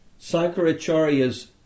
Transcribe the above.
Sankaracharya's